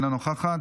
אינה נוכחת,